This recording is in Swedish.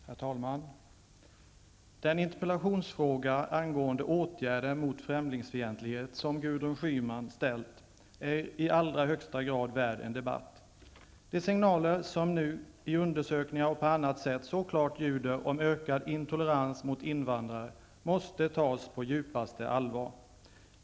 Herr talman! Den interpellation angående åtgärder mot främlingsfientlighet som Gudrun Schyman har framställt är i allra högsta grad värd en debatt. De signaler som nu i undersökningar och på annat sätt så klart ljuder om ökad intolerans mot invandrare måste tas på djupaste allvar.